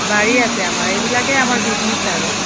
বাৰী আছে আমাৰ এইবিলাকেই আমাৰ বিজনেছ আৰু